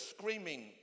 screaming